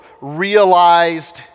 realized